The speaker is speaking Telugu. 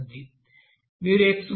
మీరు x బార్ను 8